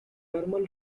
thermal